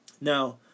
Now